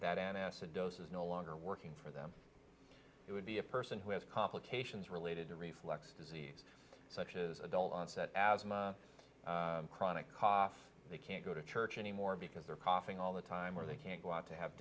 acidosis no longer working for them it would be a person who has complications related to reflex disease such as adult onset asthma chronic cough they can't go to church anymore because they're coughing all the time or they can't go out to have